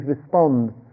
respond